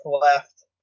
left